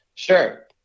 Sure